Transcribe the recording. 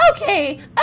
okay